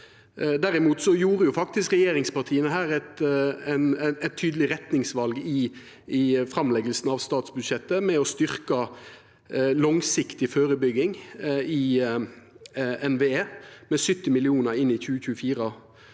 Derimot tok faktisk regjeringspartia her eit tydeleg retningsval i framlegginga av statsbudsjettet, med å styrkja langsiktig førebygging i NVE med 70 mill. kr inn i 2024.